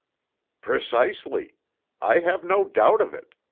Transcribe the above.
precisely i have no doubt of it.